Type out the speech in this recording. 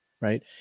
right